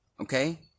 okay